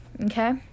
okay